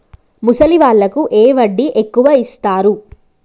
ముసలి వాళ్ళకు ఏ వడ్డీ ఎక్కువ ఇస్తారు?